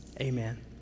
Amen